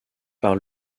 par